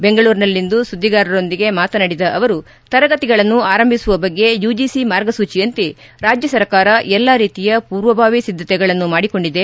ಬೆಂಗಳೂರಿನಲ್ಲಿಂದು ಸುದ್ದಿಗಾರರೊಂದಿಗೆ ಮಾತನಾದಿದ ಅವರು ತರಗತಿಗಳನ್ನು ಆರಂಭಿಸುವ ಬಗ್ಗೆ ಯುಜಿಸಿ ಮಾರ್ಗಸೂಚೆಯಂತೆ ರಾಜ್ಯ ಸರ್ಕಾರ ಎಲ್ಲಾ ರೀತಿಯ ಪೂರ್ವಭಾವಿ ಸಿದ್ದತೆಗಳನ್ನು ಮಾಡಿಕೊಂಡಿದೆ